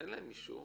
אין להם אישור.